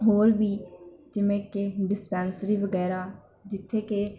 ਹੋਰ ਵੀ ਜਿਵੇਂ ਕਿ ਡਿਸਪੈਂਸਰੀ ਵਗੈਰਾ ਜਿੱਥੇ ਕਿ